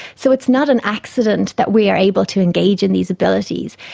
so it's not an accident that we are able to engage in these abilities.